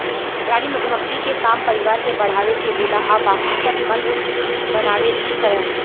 रानी मधुमक्खी के काम परिवार के बढ़ावे के होला आ बाकी सब मध बनावे ली सन